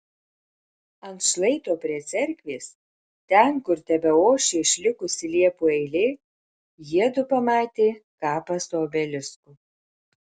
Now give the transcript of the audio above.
ant šlaito prie cerkvės ten kur tebeošė išlikusi liepų eilė jiedu pamatė kapą su obelisku